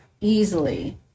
easily